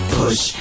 push